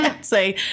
Say